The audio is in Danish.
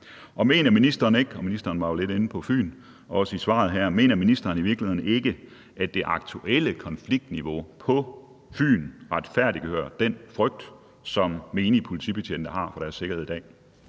Og mener ministeren i virkeligheden ikke – ministeren var jo også i svaret her lidt inde på det med Fyn – at det aktuelle konfliktniveau på Fyn retfærdiggør den frygt, som menige politibetjente har for deres sikkerhed i dag?